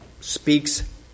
speaks